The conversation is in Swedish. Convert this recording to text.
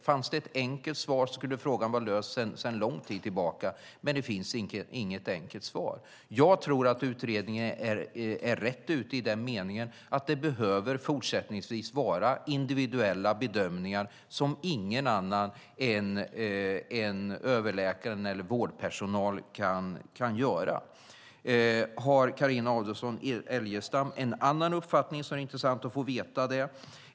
Fanns det ett enkelt svar skulle frågan vara löst sedan lång tid tillbaka, men det finns inget enkelt svar. Jag tror att utredningen är rätt ute i den meningen att det fortsättningsvis behöver göras individuella bedömningar som ingen annan än överläkaren eller vårdpersonal kan göra. Har Carina Adolfsson Elgestam en annan uppfattning skulle det vara intressant att få veta det.